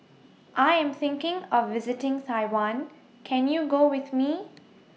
I Am thinking of visiting Taiwan Can YOU Go with Me